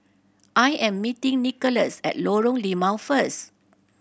I am meeting Nikolas at Lorong Limau first